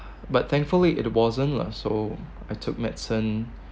but thankfully it wasn't lah so I took medicine